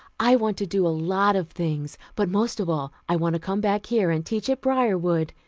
i want to do a lot of things, but most of all, i want to come back here and teach at briarwood,